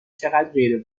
چقدرغیر